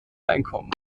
einkommen